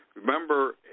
Remember